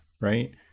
Right